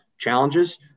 challenges